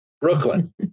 Brooklyn